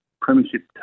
Premiership